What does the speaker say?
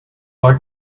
like